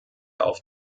auf